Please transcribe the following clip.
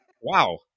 Wow